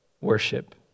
worship